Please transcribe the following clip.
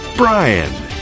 Brian